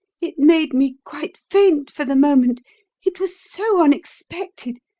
it made me quite faint for the moment it was so unexpected,